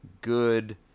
good